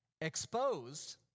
exposed